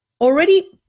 Already